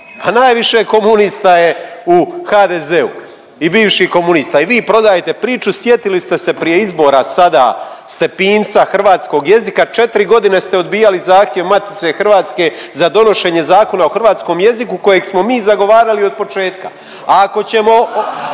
najviše komunista je u HDZ-u i bivših komunista i vi prodajete priču. Sjetili ste se prije izbora sada Stepinca hrvatskog jezika. 4 godine ste odbijali zahtjev Matice hrvatske za donošenje Zakona o hrvatskom jeziku kojeg smo mi zagovarali od početka. A ako ćemo,